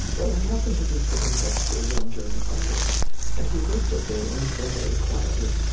well, i happened to be sitting next to a young german artist and he looked at me and he said very quietly,